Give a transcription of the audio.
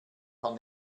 paar